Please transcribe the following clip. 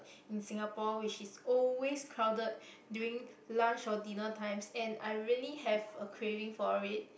in Singapore which is always crowded during lunch or dinner times and I really have a craving for it